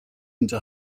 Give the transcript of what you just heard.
into